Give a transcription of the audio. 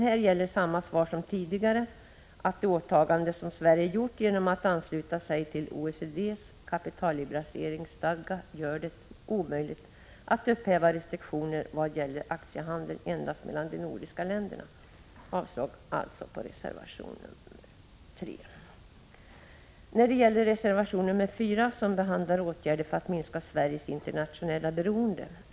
Här gäller samma svar som tidigare, nämligen att det åtagande Sverige gjort genom att ansluta sig till OECD:s kapitalliberaliseringsstadga gör det omöjligt att upphäva restriktioner i vad gäller aktiehandel endast mellan de nordiska länderna. Också reservation 3 avstyrks därför. I reservation 4 behandlas åtgärder för att minska Sveriges internationella beroende.